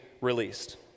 released